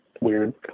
weird